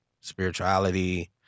spirituality